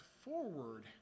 forward